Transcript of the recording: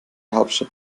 hauptstadt